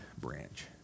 branch